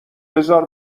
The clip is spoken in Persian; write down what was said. بزار